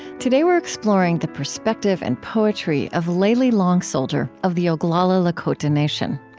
today we're exploring the perspective and poetry of layli long soldier of the oglala lakota nation.